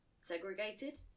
segregated